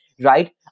right